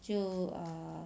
就 err